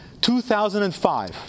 2005